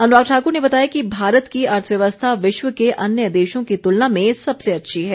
अनुराग ठाकुर ने बताया कि भारत की अर्थव्यवस्था विश्व के अन्य देशों की तुलना में सबसे अच्छी है